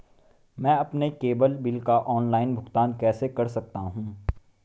मैं अपने cable bill का ऑनलाइन भुगतान कैसे कर सकता हूं?